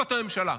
זאת הממשלה.